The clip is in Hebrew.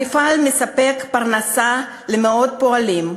המפעל מספק פרנסה למאות פועלים,